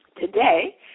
Today